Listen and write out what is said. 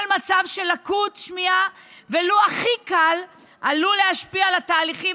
כל מצב של לקות שמיעה ולו הכי קל עלול להשפיע על התהליכים